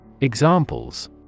Examples